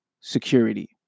security